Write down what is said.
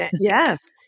Yes